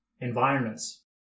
environments